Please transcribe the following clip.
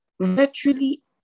virtually